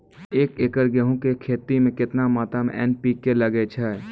एक एकरऽ गेहूँ के खेती मे केतना मात्रा मे एन.पी.के लगे छै?